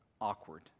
awkward